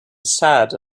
sad